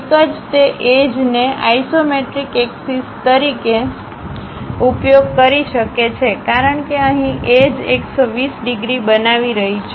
એક તે એજને આઇસોમેટ્રિક એક્સિસ તરીકે ઉપયોગ કરી શકે છે કારણ કે અહીં એજ120 ડિગ્રી બનાવી રહી છે